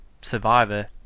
Survivor